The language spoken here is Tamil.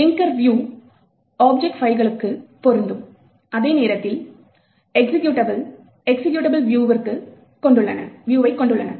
லிங்கர் வியூ ஆப்ஜெக்ட் பைல்களுக்கு பொருந்தும் அதே நேரம் எக்சிகியூட்டபிள் எக்சிகியூட்டபிள் வியூவைக் கொண்டுள்ளன